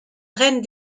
reine